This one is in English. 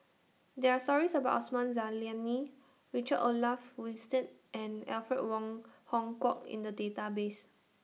There Are stories about Osman Zailani Richard Olaf Winstedt and Alfred Wong Hong Kwok in The Database